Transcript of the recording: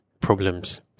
Problems